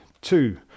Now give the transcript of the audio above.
two